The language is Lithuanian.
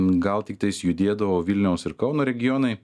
gal tiktais judėdavo vilniaus ir kauno regionai